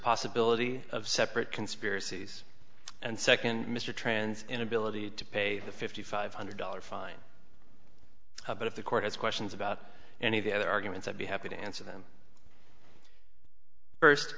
possibility of separate conspiracies and second mr tran's inability to pay the fifty five hundred dollars fine but if the court has questions about any of the other arguments i'd be happy to answer them first